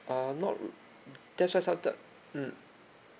err not uh that's why sometime mm